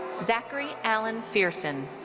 zacharay alan ferson.